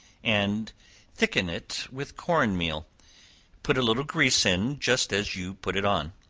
and thicken it with corn-meal put a little grease in just as you put it on.